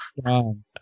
strong